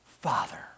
Father